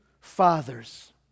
fathers